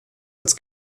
als